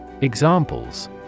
Examples